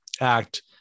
act